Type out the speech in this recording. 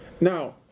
Now